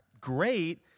Great